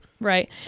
Right